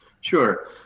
Sure